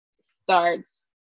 starts